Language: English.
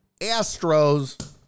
Astros